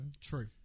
True